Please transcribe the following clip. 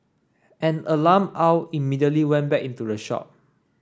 an alarm Aw immediately went back into the shop